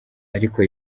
ariko